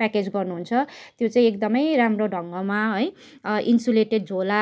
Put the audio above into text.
package गर्नु हुन्छ त्यो चाहिँ एकदमै राम्रो ढङ्गमा है इन्सुलेटेड झोला